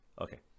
Okay